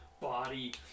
body